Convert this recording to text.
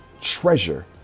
treasure